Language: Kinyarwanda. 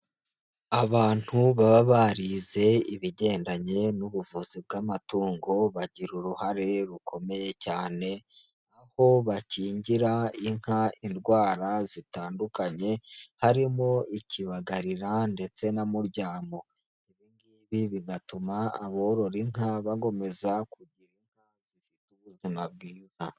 Abantu baba barize ibigendanye n'ubuvuzi bw'amatungo bagira uruhare rukomeye cyane, aho bakingira inka indwara zitandukanye harimo ikibagarira ndetse na muryamo. Ibi bigatuma aborora inka bakomeza kugira ubuzima bwiza.